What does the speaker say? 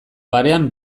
barean